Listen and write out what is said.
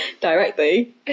directly